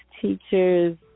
teachers